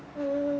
orh